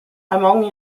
among